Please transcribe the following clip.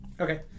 Okay